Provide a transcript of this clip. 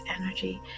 energy